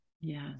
Yes